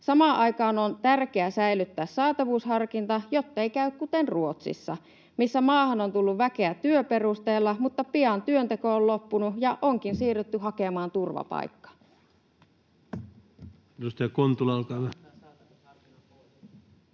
Samaan aikaan on tärkeää säilyttää saatavuusharkinta, jottei käy kuten Ruotsissa, missä maahan on tullut väkeä työn perusteella mutta pian työnteko on loppunut ja onkin siirrytty hakemaan turvapaikkaa.